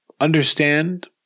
understand